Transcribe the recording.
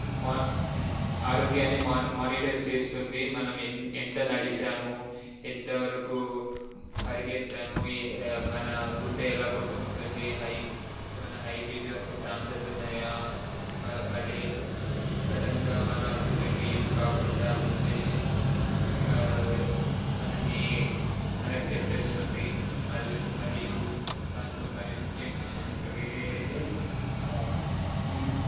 మా ఆరోగ్యాన్ని మా మానిటర్ చేస్తుంది మనం ఎం ఎంత నడిచాము ఎంతవరకు పరిగెత్తాము ఏ మన గుండె ఎలా కొట్టుకుంటుంది హై ఏమైనా హై బీపీ వచ్చే ఛాన్సెస్ ఉన్నాయా మళ్ళీ సడన్గా మన గుండెకు ఏం కాకుండా ముందే మనలని మనకు చెప్పేస్తుంది మళ్ళీ మరియు దాంట్లో మరీ ముఖ్యంగా ఇంకా వేరే అయితే స్లీప్